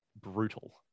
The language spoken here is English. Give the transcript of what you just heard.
brutal